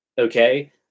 okay